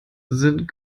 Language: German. sind